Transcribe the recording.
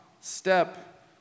step